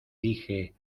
dije